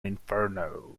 inferno